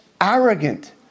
arrogant